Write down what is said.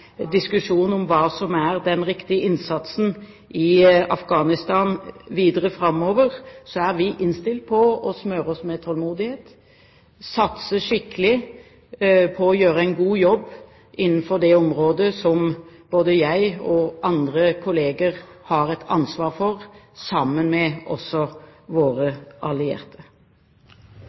om hva som er den riktige innsatsen i Afghanistan videre framover, er vi innstilt på å smøre oss med tålmodighet, satse skikkelig på å gjøre en god jobb innenfor det området som både jeg og andre kollegaer har et ansvar for, sammen med våre allierte.